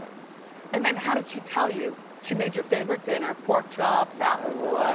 and then how did she tell you? she made your favorite dinner, porkchops, applesauce.